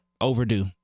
overdue